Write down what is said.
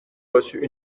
reçu